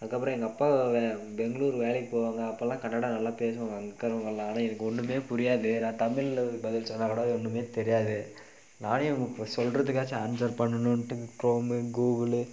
அதுக்கு அப்புறம் எங்கள் அப்பா பெங்களூரு வேலைக்கு போவாங்க அப்பெல்லாம் கன்னடா நல்லா பேசுவாங்க அங்கே இருக்கிறவங்கெல்லாம் ஆனால் எனக்கு ஒன்றுமே புரியாது நான் தமிழில் பதில் சொன்னால் கூட அது ஒன்றுமே தெரியாது நானே அவங்க சொல்கிறத்துக்காச்சும் ஆன்சர் பண்ணணுன்ட்டு குரோமு கூகுளு